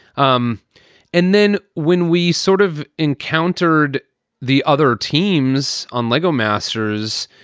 um and then when we sort of encountered the other teams on lego masters,